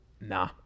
Nah